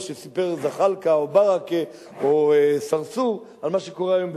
מה שסיפרו זחאלקה או ברכה או צרצור על מה שקורה היום בסוריה.